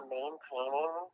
maintaining